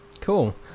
Cool